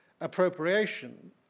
appropriation